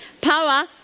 Power